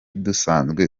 dusanzwe